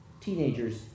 teenagers